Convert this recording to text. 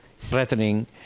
threatening